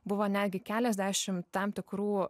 buvo netgi keliasdešim tam tikrų